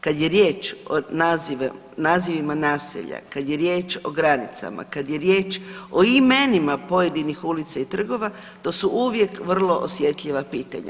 Kad je riječ o nazivima naselja, kad je riječ o granicama, kad je riječ o imenima pojedinih ulica i trgova, to su uvijek vrlo osjetljiva pitanja.